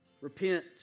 Repent